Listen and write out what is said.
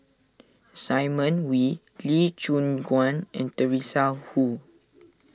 Simon Wee Lee Choon Guan and Teresa Hsu